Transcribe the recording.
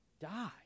die